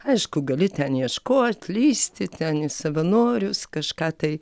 aišku gali ten ieškot lįsti ten į savanorius kažką tai